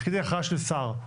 חיכיתי להכרעה של שר.